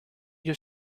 your